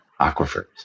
aquifers